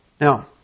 Now